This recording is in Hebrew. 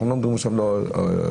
אנחנו לא מדברים עכשיו על רטרואקטיביות,